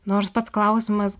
nors pats klausimas